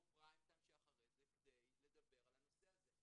פריים טיים שאחרי זה כדי לדבר על הנושא הזה.